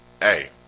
hey